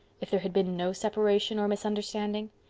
if there had been no separation or misunderstanding.